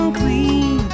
clean